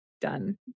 done